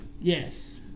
Yes